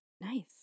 Nice